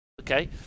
Okay